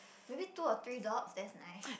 maybe two or three dogs that's nice